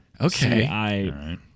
Okay